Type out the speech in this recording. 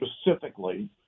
specifically